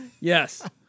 yes